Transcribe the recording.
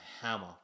hammer